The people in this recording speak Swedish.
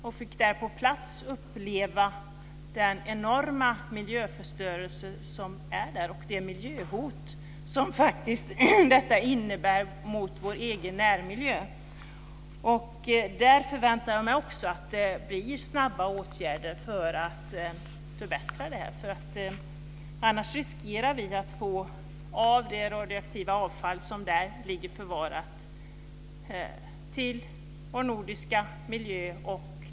Där fick vi på plats uppleva den enorma miljöförstörelse som finns. Detta innebär faktiskt också ett miljöhot mot vår egen närmiljö. Jag förväntar mig också att det kommer snabba åtgärder för att förbättra detta. Annars riskerar vi att det radioaktiva avfall som ligger förvarat där sprids till vår nordiska miljö.